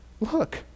look